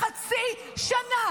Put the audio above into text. חבר הכנסת נאור שירי, אתה בקריאה ראשונה.